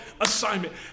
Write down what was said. assignment